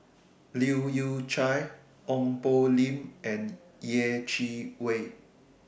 Leu Yew Chye Ong Poh Lim and Yeh Chi Wei